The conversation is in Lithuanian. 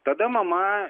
tada mama